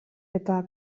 eta